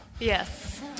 Yes